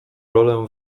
rolę